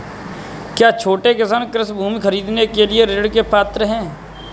क्या छोटे किसान कृषि भूमि खरीदने के लिए ऋण के पात्र हैं?